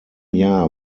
jahr